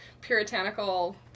puritanical